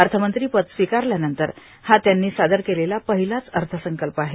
अर्थमंत्री पद स्वीकारल्यानंतर हा त्यांनी सादर केलेल्या पहिलाच अर्थसंकल्प आहे